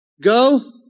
go